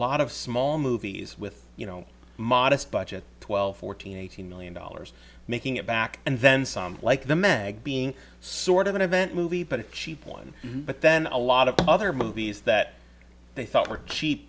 lot of small movies with you know modest budget twelve fourteen eighteen million dollars making it back and then some like the meg being sort of an event movie but a cheap one but then a lot of other movies that they thought were cheap